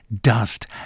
dust